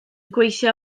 gweithio